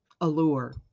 Allure